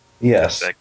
Yes